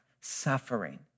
suffering